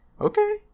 okay